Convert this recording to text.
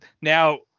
Now